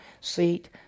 seat